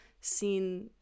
seen